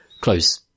close